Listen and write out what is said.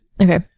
Okay